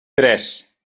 tres